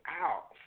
out